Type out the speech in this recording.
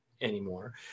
anymore